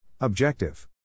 Objective